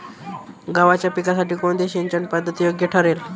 गव्हाच्या पिकासाठी कोणती सिंचन पद्धत योग्य ठरेल?